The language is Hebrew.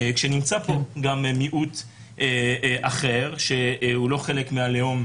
כשנמצא פה גם מיעוט אחר שהוא לא חלק מהלאום הזה,